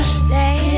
stay